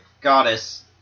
goddess